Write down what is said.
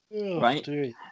Right